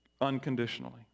unconditionally